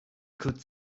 could